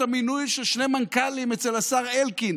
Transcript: המינוי של שני מנכ"לים אצל השר אלקין.